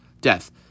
death